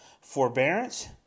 forbearance